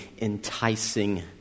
enticing